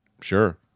Sure